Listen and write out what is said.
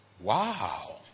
wow